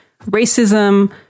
racism